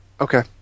Okay